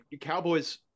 Cowboys